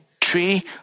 tree